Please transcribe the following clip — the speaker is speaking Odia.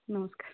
ନମସ୍କାର